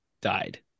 died